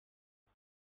خدا